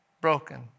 broken